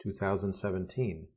2017